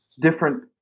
different